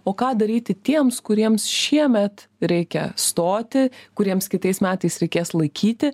o ką daryti tiems kuriems šiemet reikia stoti kuriems kitais metais reikės laikyti